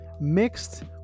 mixed